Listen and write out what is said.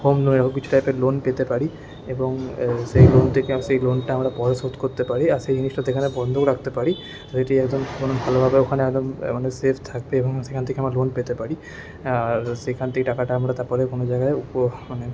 home loan এরকম কিছু টাইপের লোন পেতে পারি এবং সেই লোন থেকে সেই লোনটা আমরা পরে শোধ করতে পারি আর সেই জিনিসটা সেখানে বন্ধক রাখতে পারি সেটি ভালোভাবে ওখানে মানে সেফ থাকবে এবং সেখান থেকে আমরা লোন পেতে পারি আর সেখান থেকে টাকাটা আমরা তারপরে কোন জায়গায় মানে